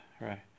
right